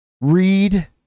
Read